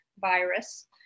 virus